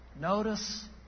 Notice